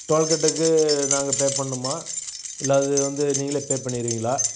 டோல்கேட்டுக்கு நாங்கள் பே பண்ணனுமா இல்லை அது வந்து நீங்களே பே பண்ணிடுவீங்களா